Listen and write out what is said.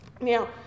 Now